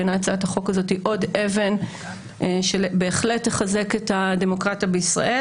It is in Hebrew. בעיניי הצעת החוק הזאת היא עוד אבן שבהחלט תחזק את הדמוקרטיה בישראל.